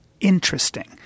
interesting